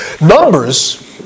Numbers